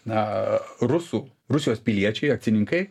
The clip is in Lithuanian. na rusų rusijos piliečiai akcininkai